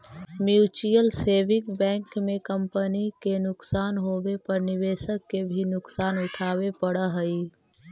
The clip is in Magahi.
म्यूच्यूअल सेविंग बैंक में कंपनी के नुकसान होवे पर निवेशक के भी नुकसान उठावे पड़ऽ हइ